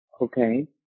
okay